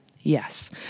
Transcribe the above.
Yes